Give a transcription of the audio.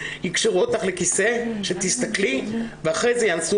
יקשרו אותך לכיסא שתסתכלי ואחרי כן יאנסו